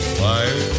fire